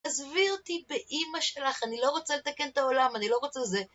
תעזבי אותי באימא שלך, אני לא רוצה לתקן את העולם, אני לא רוצה זה.